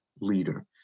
leader